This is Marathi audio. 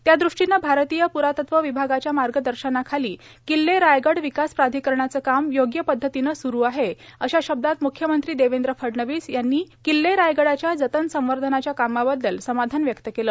त्यादृष्टीने भारतीय प्रातत्व विभागाच्या मार्गदर्शनाखाली किल्ले रायगड विकास प्राधिकरणाचे काम योग्य पद्धतीने सुरु आहे अशा शब्दात म्ख्यमंत्री देवेंद्र फडणवीस यांनी किल्ले रायगडाच्या जतन संवर्धनाच्या कामाबद्दल समाधान व्यक्त केले